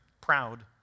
proud